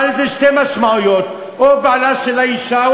לבעל יש שתי משמעויות: או בעלה של האישה,